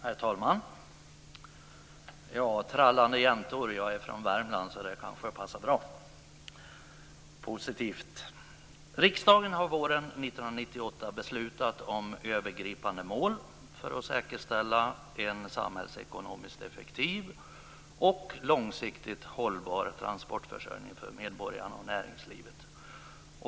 Herr talman! Ja, apropå trallande jäntor . Jag är från Värmland, så det kanske passar bra och är positivt. Riksdagen har våren 1998 beslutat om övergripande mål för att säkerställa en samhällsekonomiskt effektiv och långsiktigt hållbar transportförsörjning för medborgarna och näringslivet.